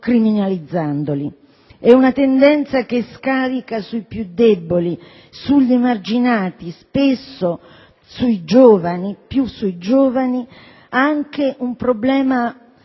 È una tendenza che scarica sui più deboli, sugli emarginati, spesso sui giovani, più sui giovani, anche un problema che